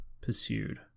pursued